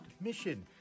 mission